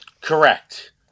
Correct